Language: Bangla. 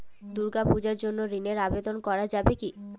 দুর্গাপূজার জন্য ঋণের আবেদন করা যাবে কি?